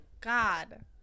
God